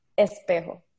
Espejo